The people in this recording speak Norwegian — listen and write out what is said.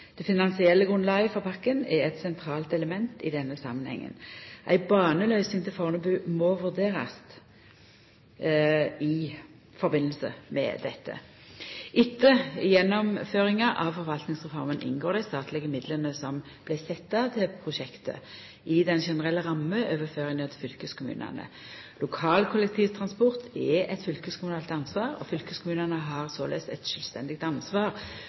Det finansielle grunnlaget for pakken er eit sentralt element i denne samanhengen. Ei baneløysing til Fornebu må vurderast i samband med dette. Etter gjennomføringa av forvaltningsreforma inngår dei statlege midlane som vart sette av til prosjektet, i den generelle rammeoverføringa til fylkeskommunane. Lokal kollektivtransport er eit fylkeskommunalt ansvar, og fylkeskommunane har såleis eit sjølvstendig ansvar